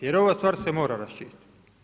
Jer ova stvar se mora raščistiti.